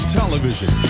television